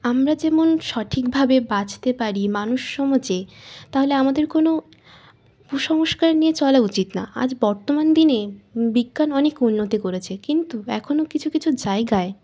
আমরা যেমন সঠিকভাবে বাঁচতে পারি মানুষ সমাজে তাহলে আমাদের কোনো কুসংস্কার নিয়ে চলা উচিত না আজ বর্তমান দিনে বিজ্ঞান অনেক উন্নতি করেছে কিন্তু এখনও কিছু কিছু জায়গায়